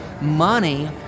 money